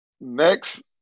Next